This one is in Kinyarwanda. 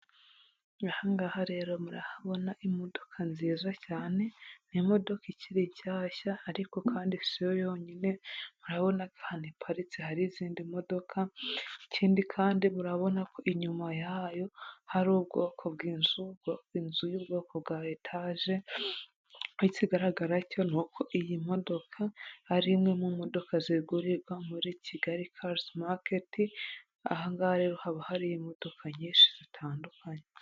Aha ngaha rero murahabona imodoka nziza cyane, ni imodoka ikiri nshyashya ariko kandi si yo yonyine murabona ahantu iparitse hari izindi modoka. Ikindi kandi murabona ko inyuma yayo hari ubwoko bw'inzu, inzu y'ubwoko bwa etaje, ikigaragara cyo ni uko iyi modoka ari imwe mu modoka zigurirwa muri Kigali Cars market, aha ngaha rero haba hari imodoka nyinshi zitandukanye.